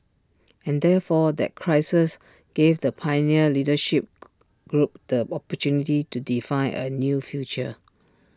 and therefore that crisis gave the pioneer leadership group the opportunity to define A new future